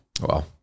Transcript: Wow